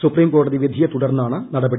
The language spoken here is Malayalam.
സുപ്രീം കോടതി വിധിയെ തുടർന്നാണ് നടപടി